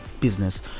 business